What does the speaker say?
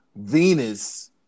Venus